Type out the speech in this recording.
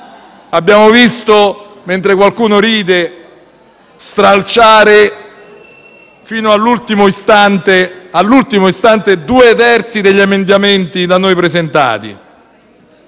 Abbiamo visto - mentre qualcuno ride - stralciare fino all'ultimo istante due terzi degli emendamenti da noi presentati.